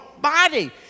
body